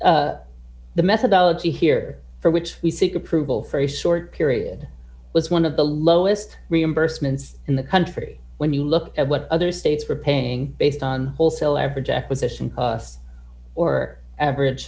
as the methodology here for which we seek approval for a short period was one of the lowest reimbursements in the country when you looked at what other states were paying based on wholesale average acquisition or average